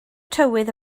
tywydd